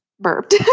burped